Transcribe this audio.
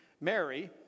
Mary